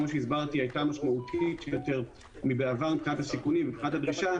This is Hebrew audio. שהיתה משמעותית יותר מבעבר מבחינת הסיכונים והדרישה,